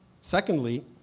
secondly